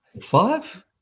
Five